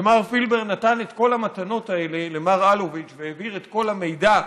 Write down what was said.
שמר פילבר נתן את כל המתנות האלה למר אלוביץ' והעביר את כל המידע,